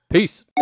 Peace